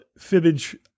Fibbage